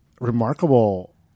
remarkable